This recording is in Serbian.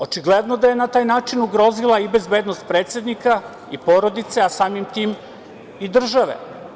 Očigledno da je na taj način ugrozila i bezbednost predsednika i porodice, a samim tim i države.